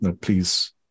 Please